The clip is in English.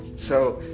so,